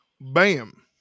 Bam